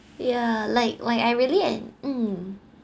ya like like I really en~ mm